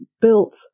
built